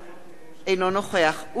אינו נוכח אורי אריאל,